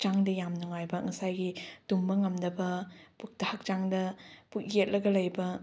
ꯍꯛꯆꯥꯡꯗ ꯌꯥꯝ ꯅꯨꯡꯉꯥꯏꯕ ꯉꯁꯥꯏꯒꯤ ꯇꯨꯝꯕ ꯉꯝꯗꯕ ꯄꯨꯛꯇ ꯍꯛꯆꯥꯡꯗ ꯄꯨꯛ ꯌꯦꯛꯂꯒ ꯂꯩꯕ